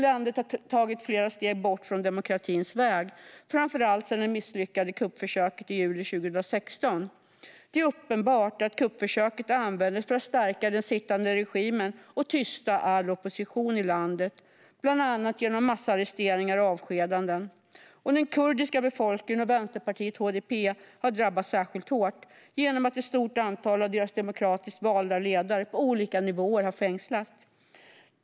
Landet har tagit flera steg bort från demokratins väg, framför allt sedan det misslyckade kuppförsöket i juli 2016. Det är uppenbart att kuppförsöket användes för att stärka den sittande regimen och tysta all opposition i landet, bland annat genom massarresteringar och avskedanden. Den kurdiska befolkningen och vänsterpartiet HDP har drabbats särskilt hårt genom att ett stort antal av deras demokratiskt valda ledare på olika nivåer har fängslats.